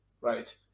right